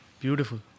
beautiful